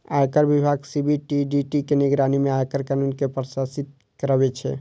आयकर विभाग सी.बी.डी.टी के निगरानी मे आयकर कानून कें प्रशासित करै छै